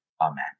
Amen